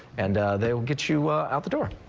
and they will get you out the door.